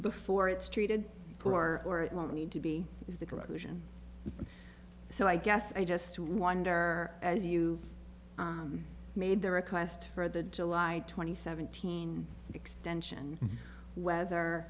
before it's treated for or it won't need to be is the direction so i guess i just wonder as you made the request for the july twenty seventh teen extension whether